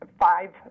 five